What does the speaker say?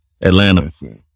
Atlanta